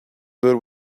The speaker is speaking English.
there